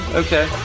okay